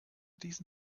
diesen